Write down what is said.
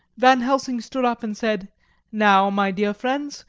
van helsing stood up and said now, my dear friends,